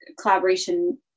collaboration –